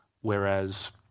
whereas